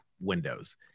Windows